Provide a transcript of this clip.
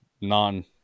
non